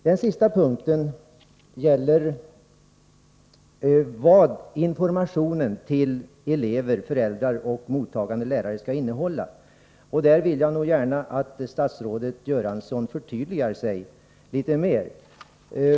Jag hade vidare frågat vad informationen till elever, föräldrar och mottagande lärare skall innehålla. Där vill jag gärna att statsrådet Göransson förtydligar sig litet mer.